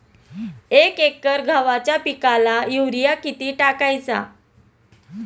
एक एकर गव्हाच्या पिकाला युरिया किती टाकायचा?